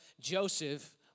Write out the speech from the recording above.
Joseph